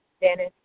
Dennis